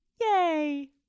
Yay